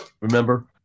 Remember